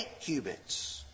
cubits